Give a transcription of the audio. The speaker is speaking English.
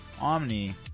Omni